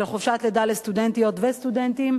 של חופשת לידה לסטודנטיות וסטודנטים,